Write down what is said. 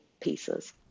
pieces